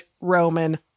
Roman